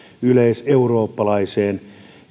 yleiseurooppalaiseen